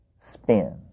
spin